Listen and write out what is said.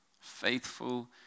faithful